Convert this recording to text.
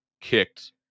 kicked